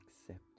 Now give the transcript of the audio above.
accept